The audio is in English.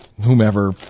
whomever